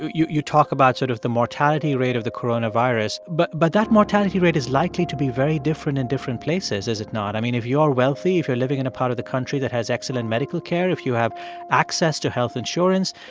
you you talk about sort of the mortality rate of the coronavirus, but but that mortality rate is likely to be very different in different places, is it not? i mean, if you're wealthy, if you're living in a part of the country that has excellent medical care, if you have access to health insurance,